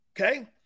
Okay